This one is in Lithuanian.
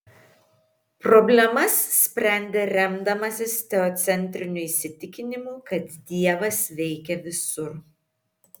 problemas sprendė remdamasis teocentriniu įsitikinimu kad dievas veikia visur